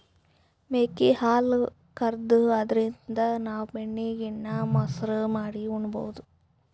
ಮೇಕೆ ಹಾಲ್ ಕರ್ದು ಅದ್ರಿನ್ದ್ ನಾವ್ ಬೆಣ್ಣಿ ಗಿಣ್ಣಾ, ಮಸರು ಮಾಡಿ ಉಣಬಹುದ್